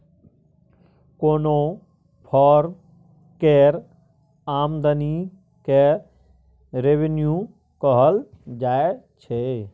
कोनो फर्म केर आमदनी केँ रेवेन्यू कहल जाइ छै